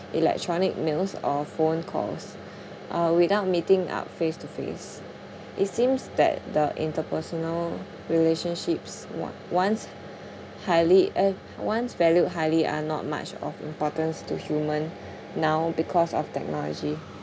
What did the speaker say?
electronic mails or phone calls uh without meeting up face to face it seems that the interpersonal relationships o~ once highly eh once valued highly are not much of importance to human now because of technology